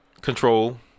control